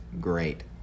great